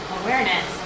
awareness